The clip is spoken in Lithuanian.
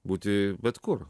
būti bet kur